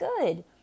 good